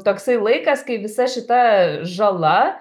toksai laikas kai visa šita žala